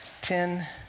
ten